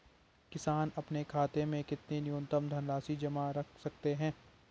किसान अपने खाते में कितनी न्यूनतम धनराशि जमा रख सकते हैं?